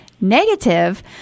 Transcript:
negative